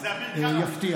איזה אביר קארה.